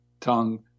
tongue